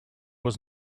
was